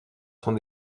sont